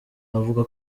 avuga